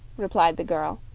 replied the girl,